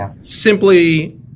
simply